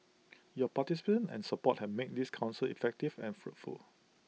your participation and support have made this Council effective and fruitful